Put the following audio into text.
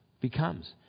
becomes